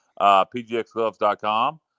PGXgloves.com